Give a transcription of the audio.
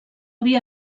havia